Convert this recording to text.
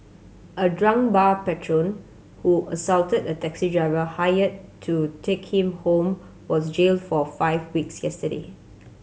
a drunk bar patron who assaulted a taxi driver hired to take him home was jailed for five weeks yesterday